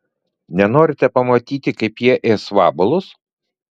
nenorite pamatyti kaip jie ės vabalus